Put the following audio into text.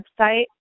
website